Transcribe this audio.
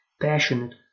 passionate